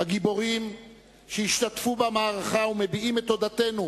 הגיבורים שהשתתפו במערכה, ומביעים את תודתנו,